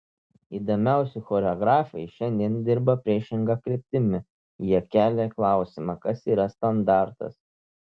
įdomiausi choreografai šiandien dirba priešinga kryptimi jie kelia klausimą kas yra standartas